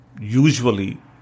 usually